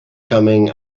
coming